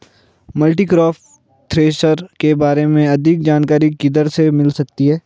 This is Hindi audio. मल्टीक्रॉप थ्रेशर के बारे में अधिक जानकारी किधर से मिल सकती है?